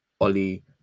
Oli